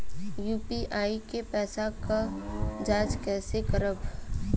UPI के पैसा क जांच कइसे करब?